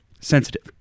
sensitive